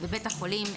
בבית החולים,